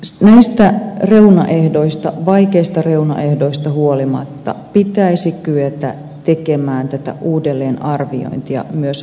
näistä reunaehdoista vaikeista reunaehdoista huolimatta pitäisi kyetä tekemään tätä uudelleenarviointia myös hallituskauden sisällä